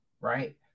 Right